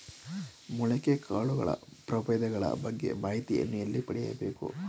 ಮೊಳಕೆ ಕಾಳುಗಳ ಪ್ರಭೇದಗಳ ಬಗ್ಗೆ ಮಾಹಿತಿಯನ್ನು ಎಲ್ಲಿ ಪಡೆಯಬೇಕು?